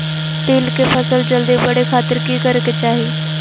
तिल के फसल जल्दी बड़े खातिर की करे के चाही?